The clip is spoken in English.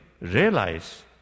realize